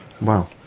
Wow